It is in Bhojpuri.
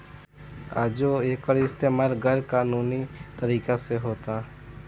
आजो एकर इस्तमाल गैर कानूनी तरीका से होता